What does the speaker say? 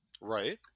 Right